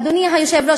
אדוני היושב-ראש,